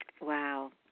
Wow